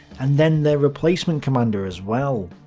and then their replacement commander as well.